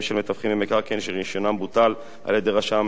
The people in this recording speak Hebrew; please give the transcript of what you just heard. במקרקעין שרשיונם בוטל על-ידי רשם המתווכים.